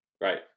Right